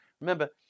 Remember